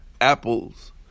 apples